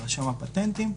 לרשם הפטנטים,